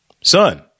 son